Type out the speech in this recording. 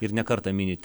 ir ne kartą minit